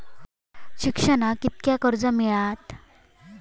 शिक्षणाक कीतक्या कर्ज मिलात?